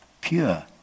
pure